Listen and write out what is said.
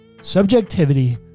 Subjectivity